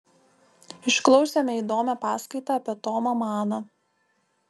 išklausėme įdomią paskaitą apie tomą maną